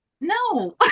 No